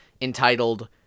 entitled